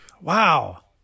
Wow